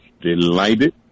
delighted